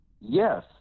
Yes